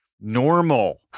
normal